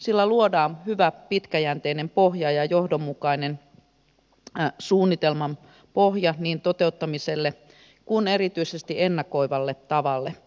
sillä luodaan hyvä pitkäjänteinen pohja ja johdonmukainen suunnitelman pohja niin toteuttamiselle kuin erityisesti ennakoivalle tavalle